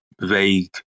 vague